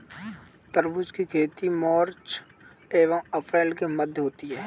तरबूज की खेती मार्च एंव अप्रैल के मध्य होती है